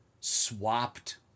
swapped